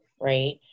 right